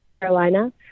Carolina